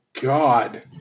God